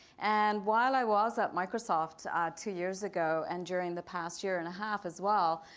and while i was at microsoft two years ago, and during the past year and a half as well,